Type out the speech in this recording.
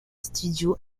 studios